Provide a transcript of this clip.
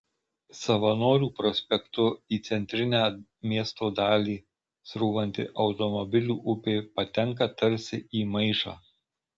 savanorių prospektu į centrinę miesto dalį srūvanti automobilių upė patenka tarsi į maišą